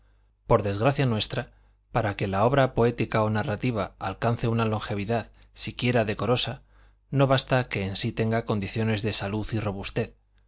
por desgracia nuestra para que la obra poética o narrativa alcance una longevidad siquiera decorosa no basta que en sí tenga condiciones de salud y